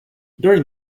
during